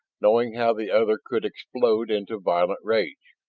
knowing how the other could explode into violent rage.